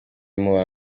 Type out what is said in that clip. muba